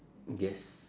yes